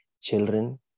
children